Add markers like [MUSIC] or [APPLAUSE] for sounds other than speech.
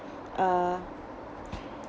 uh [BREATH]